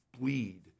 bleed